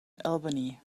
albany